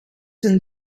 zijn